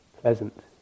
pleasant